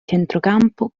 centrocampo